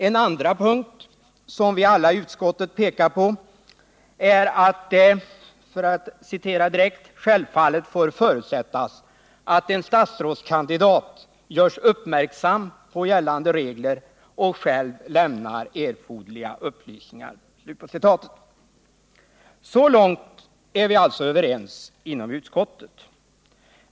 En andra punkt, som vi alla i utskottet pekar på, är att det självfallet får ”förutsättas att en statsrådskandidat görs uppmärksam på gällande regler och själv lämnar erforderliga upplysningar”. Så långt är vi alltså överens inom utskottet.